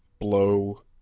blow